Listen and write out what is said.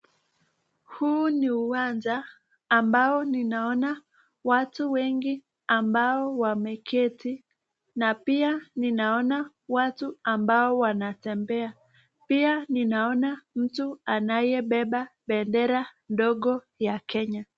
Huu ni uwanja ambao ninaona watu wengi ambao wameketi na pia ninaona watu ambao wanatembea, pia nikaona mtu anayebeba bendera ndogo ya Kenya.